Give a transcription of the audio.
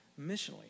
missionally